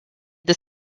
this